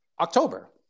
October